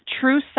true